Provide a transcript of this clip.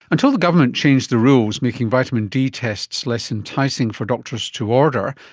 until the government changed the rules making vitamin d tests less enticing for doctors to order,